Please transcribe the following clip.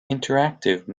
interactive